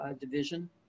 division